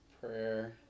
prayer